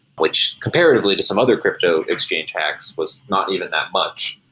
which comparatively to some other crypto exchange hacks was not even that much,